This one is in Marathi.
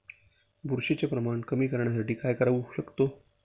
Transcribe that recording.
बुरशीचे प्रमाण कमी करण्यासाठी काय करू शकतो?